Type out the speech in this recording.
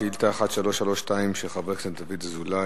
שאילתא 1332, של חבר הכנסת דוד אזולאי,